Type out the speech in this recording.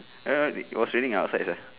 earlier it was raining outside right